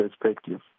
perspective